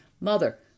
Mother